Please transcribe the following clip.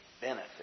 benefit